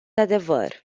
adevăr